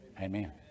amen